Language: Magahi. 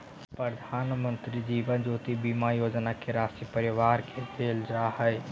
प्रधानमंत्री जीवन ज्योति बीमा योजना के राशी परिवार के देल जा हइ